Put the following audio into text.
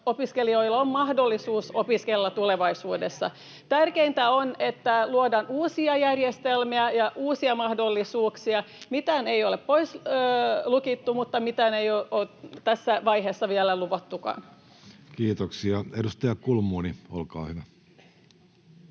opiskelijoilla on mahdollisuus opiskella tulevaisuudessa. [Välihuutoja keskustan ryhmästä] Tärkeintä on, että luodaan uusia järjestelmiä ja uusia mahdollisuuksia. Mitään ei ole pois lukittu, mutta mitään ei ole tässä vaiheessa vielä luvattukaan. Kiitoksia. — Edustaja Kulmuni, olkaa hyvä.